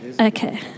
Okay